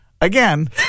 Again